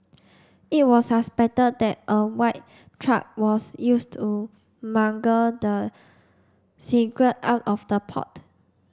it was suspected that a white truck was used to smuggle the cigarette out of the port